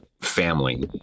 family